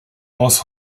aus